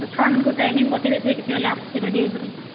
ଆଉ ଛୁଆମାନ୍ଙ୍କୁ ଟାଇମିଂ ବତେଇ ଦେଇଥିବେ କେତେବେଳେ ଆସ୍ବେ ରେଡ଼ି ହେଇକରି